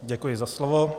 Děkuji za slovo.